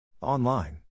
Online